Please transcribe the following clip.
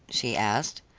she asked.